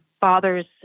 father's